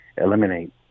eliminate